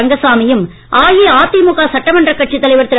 ரங்கசாமி யும் அஇஅதிமுக சட்டமன்ற கட்சித் தலைவர் திரு